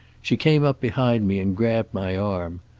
she came up behind me and grabbed my arm.